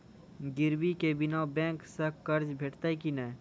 गिरवी के बिना बैंक सऽ कर्ज भेटतै की नै?